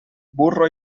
burro